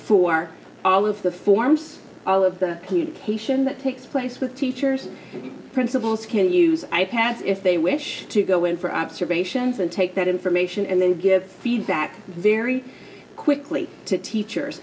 for all of the forms all of the communication that takes place with teachers and principals can use i pads if they wish to go in for observations and take that information and then give feedback very quickly to teachers